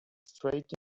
straight